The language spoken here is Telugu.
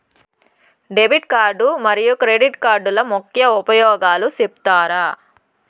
డెబిట్ కార్డు మరియు క్రెడిట్ కార్డుల ముఖ్య ఉపయోగాలు సెప్తారా?